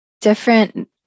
Different